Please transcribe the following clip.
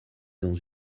dans